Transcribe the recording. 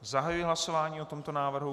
Zahajuji hlasování o tomto návrhu.